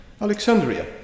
Alexandria